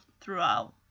throughout